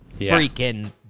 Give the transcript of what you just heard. freaking